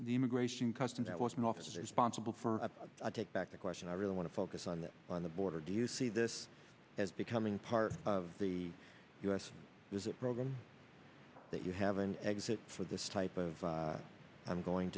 the immigration customs that was an officer to responsible for i take back the question i really want to focus on that on the border do you see this as becoming part of the u s visit program that you have an exit for this type of i'm going